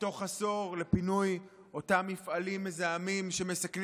מעשור לפינוי אותם מפעלים מזהמים שמסכנים